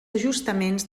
ajustaments